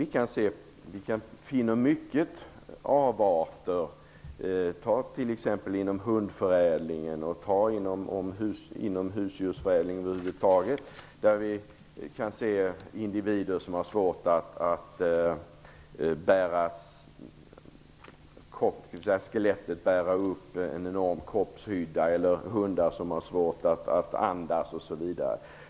Det går att finna många avarter t.ex. inom hundförädlingen, ja, inom husdjursförädlingen över huvud taget. Det kan vara fråga om svårigheter för skelettet att bära en enorm kroppshydda. En del hundar har svårt att andas osv.